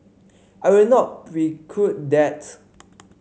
I will not preclude that